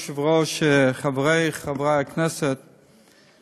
אדוני היושב-ראש, חברי חברי הכנסת,